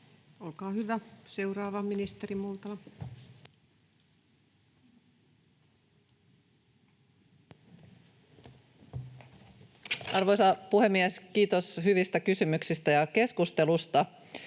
Olkaa hyvä. — Seuraavana ministeri Multala. Arvoisa puhemies! Kiitos hyvistä kysymyksistä ja keskustelusta.